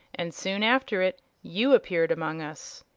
and soon after it you appeared among us.